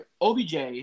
OBJ